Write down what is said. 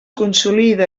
consolida